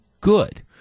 good